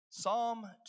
Psalm